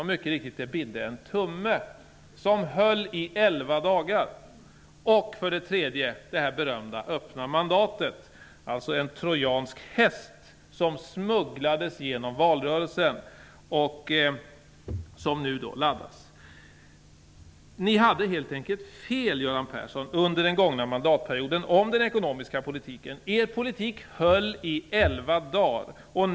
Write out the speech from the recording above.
Och det bidde mycket riktigt en tumme som höll i elva dagar. Det var en trojansk häst som smugglades genom valrörelsen och som nu laddas. Under den gångna mandatperioden hade ni helt enkelt fel om den ekonomiska politiken, Göran Persson. Er politik höll i elva dagar.